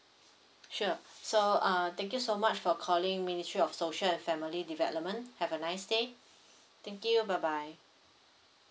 sure so uh thank you so much for calling ministry of social and family development have a nice day thank you bye bye